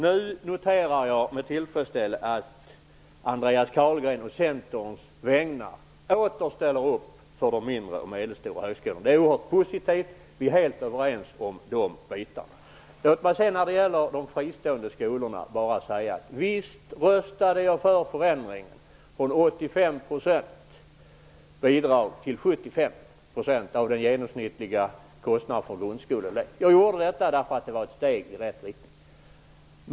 Nu noterar jag med tillfredsställelse att Andreas Carlgren å Centerns vägnar åter ställer upp för de mindre och medelstora högskolorna. Det är oerhört positivt, och vi är helt överens om detta. Vad gäller de fristående skolorna vill jag bara säga att visst röstade jag för förändringen av bidraget från 85 till 75 % av den genomsnittliga kostnaden för en grundskoleelev. Jag gjorde detta därför att det var ett steg i rätt riktning.